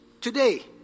Today